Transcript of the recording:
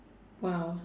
!wow!